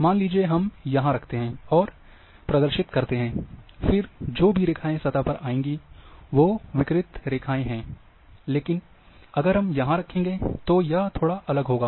मान लीजिए हम यहां रखते हैं और प्रदर्शित करते हैं फिर जो भी रेखाएँ सतह पर आएँगी वो विकिरित रेखाएँ हैं लेकिन अगर हम यहां रखेंगे तो यह थोड़ा अलग होगा